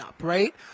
right